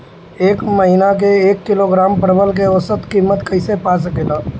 एक महिना के एक किलोग्राम परवल के औसत किमत कइसे पा सकिला?